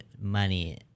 money